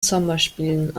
sommerspielen